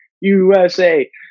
usa